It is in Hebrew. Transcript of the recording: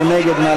מי נגד?